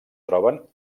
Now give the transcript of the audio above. troben